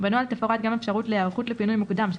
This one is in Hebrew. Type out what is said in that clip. בנוהל תפורט גם אפשרות להיערכות לפינוי מוקדם של